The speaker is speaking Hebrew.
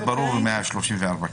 134ט ברור.